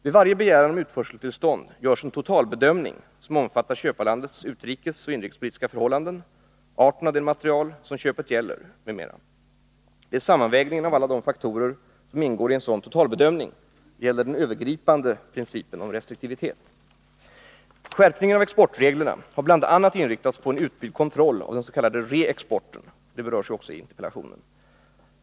Vid varje begäran om utförseltillstånd görs en totalbedömning som omfattar köparlandets utrikesoch inrikespolitiska förhållanden, arten av den materiel som köpet gäller m.m. Vid sammanvägningen av alla faktorer som ingår i en sådan totalbedömning gäller den övergripande principen om restriktivitet. Skärpningen av exportreglerna har bl.a. inriktats på en utbyggd kontroll över den s.k. reexporten.